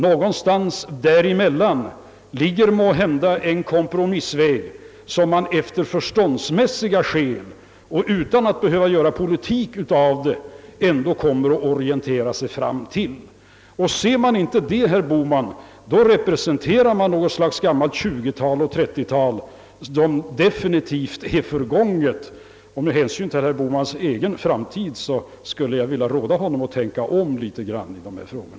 Någonstans däremellan ligger måhända en kompromissväg, som man efter förståndsmässiga skäl och utan att behöva göra politik av det ändå kommer att orientera sig fram till. Ser man inte det, herr Bohman, då representerar man något slags gammalt 20 och 30-tal som definitivt är förgånget. Med hänsyn till herr Bohmans egen framtid skulle jag vilja råda honom att tänka om litet grand i dessa frågor.